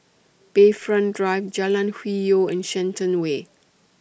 Bayfront Drive Jalan Hwi Yoh and Shenton Way